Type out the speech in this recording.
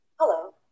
Hello